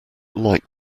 like